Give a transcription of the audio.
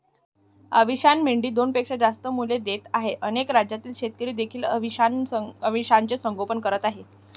अविशान मेंढी दोनपेक्षा जास्त मुले देत आहे अनेक राज्यातील शेतकरी देखील अविशानचे संगोपन करत आहेत